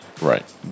right